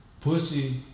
Pussy